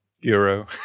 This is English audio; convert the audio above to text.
bureau